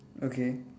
okay